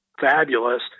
fabulous